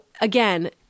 again